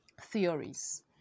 theories